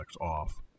off